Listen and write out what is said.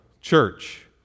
church